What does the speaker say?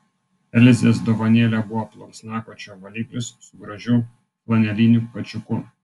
elzės dovanėlė buvo plunksnakočio valiklis su gražiu flaneliniu kačiuku